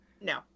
No